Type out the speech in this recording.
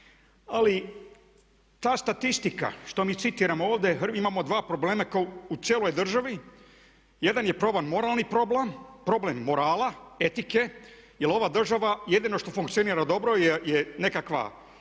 Ali ta statistika što mi citiramo ovdje imamo dva problema kao u cijeloj državi. Jedan je problem moralni problem, problem morala, etike jer ova država jedino što funkcionira dobro je nekakva